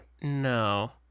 No